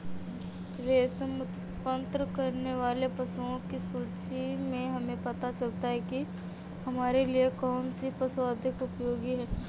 रेशम उत्पन्न करने वाले पशुओं की सूची से हमें पता चलता है कि हमारे लिए कौन से पशु अधिक उपयोगी हैं